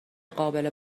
قابل